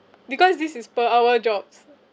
because this is per hour jobs